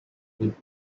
would